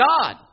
God